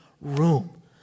room